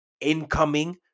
Incoming